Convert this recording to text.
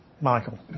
Michael